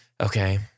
Okay